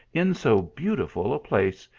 in so beautiful a place,